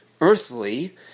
earthly